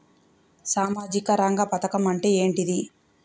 సామాజిక రంగ పథకం అంటే ఏంటిది?